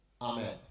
Amen